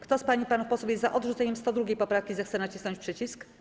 Kto z pań i panów posłów jest za odrzuceniem 102. poprawki, zechce nacisnąć przycisk.